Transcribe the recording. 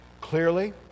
clearly